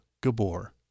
Gabor